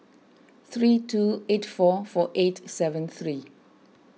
three two eight four four eight seven three